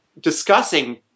discussing